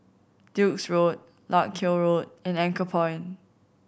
Duke's Road Larkhill Road and Anchorpoint